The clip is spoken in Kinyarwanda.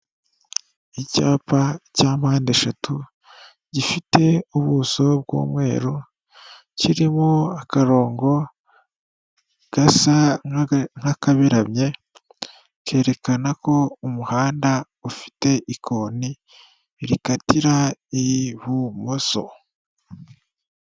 Icyapa cya mpande eshatu gifite ubuso bw'umweru kirimo akarongo gasa n'akaberamye, kerekana ko umuhanda ufite ikoni rikatira ibumoso.